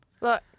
look